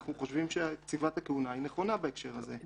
אנחנו חושבים שקציבת הכהונה היא נכונה בהקשר הזה.